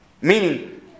Meaning